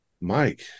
Mike